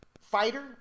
fighter